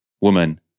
woman